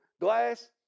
glass